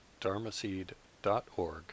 dharmaseed.org